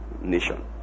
nation